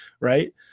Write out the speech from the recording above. Right